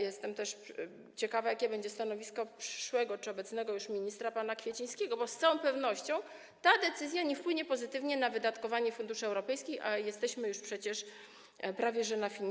Jestem też ciekawa, jakie będzie stanowisko przyszłego czy obecnego już ministra pana Kwiecińskiego, bo z całą pewnością ta decyzja nie wpłynie pozytywnie na wydatkowanie funduszy europejskich, a przecież jesteśmy już prawie na finiszu.